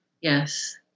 Yes